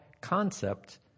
concept